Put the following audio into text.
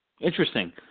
Interesting